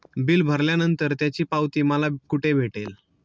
Bill भरल्यानंतर त्याची पावती मला कुठे मिळेल?